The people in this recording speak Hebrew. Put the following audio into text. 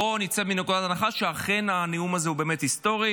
בואו נצא מנקודת הנחה שאכן הנאום הזה באמת היסטורי